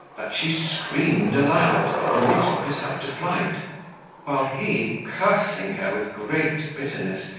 that she screamed aloud, and betook herself to flight while he, cursing her with greet bitterness,